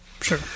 Sure